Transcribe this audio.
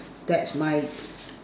that's my